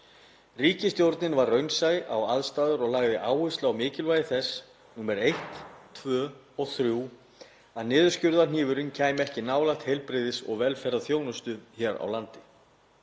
Ríkisstjórnin var raunsæ á aðstæður og lagði áherslu á mikilvægi þess númer eitt, tvö og þrjú að niðurskurðarhnífurinn kæmi ekki nálægt heilbrigðis- og velferðarþjónustu hér á landi.